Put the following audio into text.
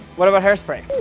what about hairspray?